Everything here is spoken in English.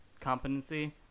competency